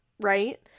right